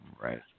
Right